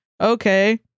Okay